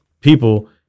people